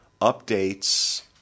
updates